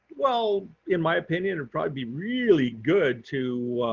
well, in my opinion, and probably be really good to